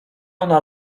ona